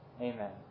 Amen